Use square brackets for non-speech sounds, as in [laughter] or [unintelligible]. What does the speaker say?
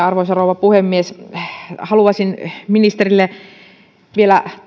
[unintelligible] arvoisa rouva puhemies haluaisin ministeriltä vielä